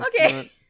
Okay